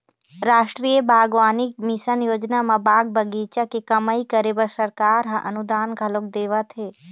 रास्टीय बागबानी मिसन योजना म बाग बगीचा के कमई करे बर सरकार ह अनुदान घलोक देवत हे